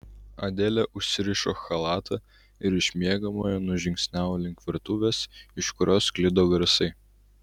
adelė užsirišo chalatą ir iš miegamojo nužingsniavo link virtuvės iš kurios sklido garsai